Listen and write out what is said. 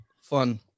fun